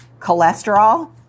Cholesterol